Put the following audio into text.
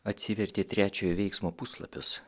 atsivertė trečiojo veiksmo puslapius